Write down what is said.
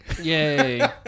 Yay